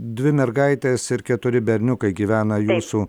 dvi mergaitės ir keturi berniukai gyvena jūsų